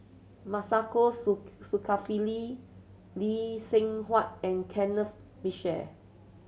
Masagos Zulkifli Lee Seng Huat and Kenneth Mitchell